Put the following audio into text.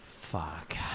Fuck